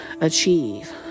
achieve